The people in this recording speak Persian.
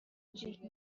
ترجیح